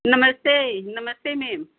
नमस्ते नमस्ते मैम